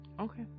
okay